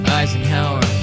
Eisenhower